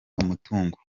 umutungo